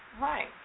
Right